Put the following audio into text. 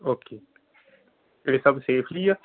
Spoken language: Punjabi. ਓਕੇ ਇਹ ਸਭ ਸੇਫਲੀ ਆ